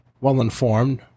well-informed